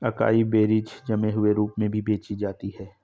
acai berries जमे हुए रूप में भी बेची जाती हैं